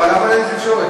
אבל למה אין תקשורת?